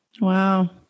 Wow